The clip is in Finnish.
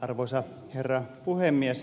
arvoisa herra puhemies